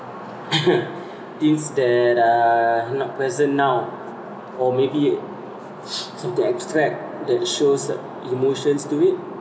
things that are not present now or maybe something extract that shows emotions to it